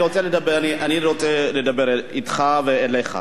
אני רוצה לדבר אתך ואליך.